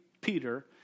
Peter